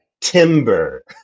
timber